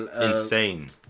Insane